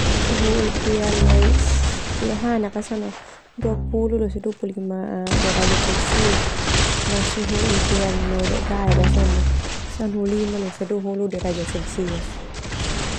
Suhu ideal nai ledohanak Sona dua puluh losa dua puluh lima derajat celsius suhu nai ledodaek sona sanahulu lima losa dua hulu derajat celcius.